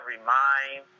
Remind